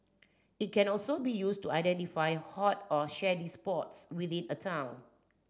it can also be used to identify hot or shady spots within a town